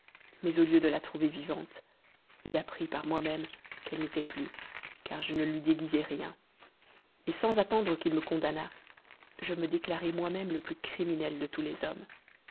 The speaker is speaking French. mais au lieu de la trouver vivante il apprit par moi-même qu'elle n'était plus car je ne lui déguisai rien et sans attendre qu'il me condamnât je me déclarai moi-même le plus criminel de tous les hommes